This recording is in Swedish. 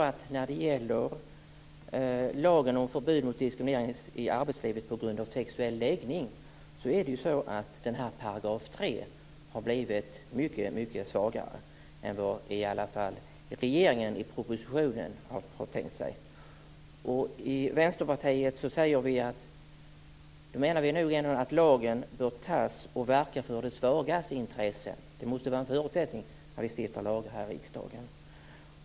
Men när det gäller lagen om förbud mot diskriminering i arbetslivet på grund av sexuell läggning har § 3 blivit mycket svagare än vad i varje fall regeringen har tänkt sig i proposition. Vi i Vänsterpartiet menar nog ändå att lagen bör antas och verka för de svagas intresse. Det måste vara en förutsättning när vi stiftar lagar här i riksdagen.